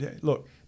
look